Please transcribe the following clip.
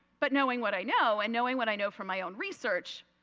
but knowing what i know and knowing what i know from my own research,